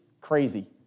crazy